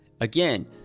again